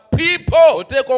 people